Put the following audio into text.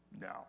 No